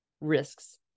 risks